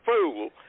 fool